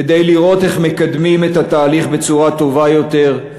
כדי לראות איך מקדמים את התהליך בצורה טובה יותר,